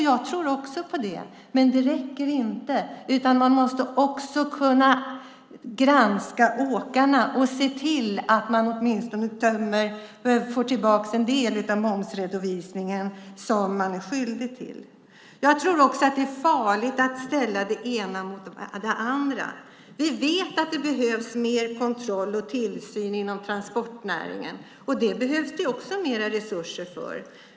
Jag tror också på det, men det räcker inte utan man måste också granska åkarna och se till att man får tillbaka en del av momsredovisningen. Jag tror också att det är farligt att ställa det ena mot det andra. Vi vet att det behövs mer kontroll och tillsyn inom transportnäringen. För det behövs det också mer resurser.